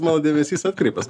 mano dėmesys atkreiptas